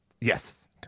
Yes